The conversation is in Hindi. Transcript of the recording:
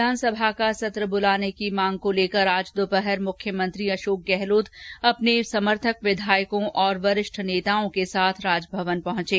विधानसभा का सत्र बुलाने की मांग को लेकर आज दोपहर मुख्यमंत्री अशोक गहलोत अपने समर्थक विधायकों और वरिष्ठ र्नताओं के साथ राजभवन पहंचे